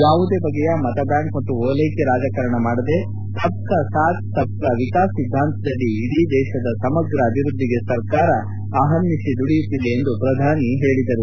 ಯಾವುದೇ ಬಗೆಯ ಮತಬ್ಬಾಂಕ್ ಮತ್ತು ಓಲ್ಯೆಕೆ ರಾಜಕಾರಣ ಮಾಡದೆ ಸಬ್ ಕ ಸಾಥ್ ಸಬ್ ಕ ವಿಕಾಸ್ ಸಿದ್ದಾಂತದಡಿ ಇಡೀ ದೇಶದ ಸಮಗ್ರ ಅಭಿವೃದ್ಧಿಗೆ ಸರ್ಕಾರ ಅಹರ್ನಿತಿ ದುಡಿಯುತ್ತಿದೆ ಎಂದು ಪ್ರಧಾನಿ ಹೇಳಿದರು